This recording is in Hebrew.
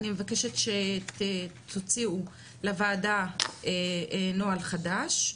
אני מבקשת שתוציאו לוועדה נוהל חדש.